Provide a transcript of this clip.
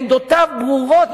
עמדותיו ברורות,